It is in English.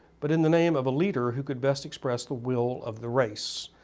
but in the name of a leader who could best express the will of the race,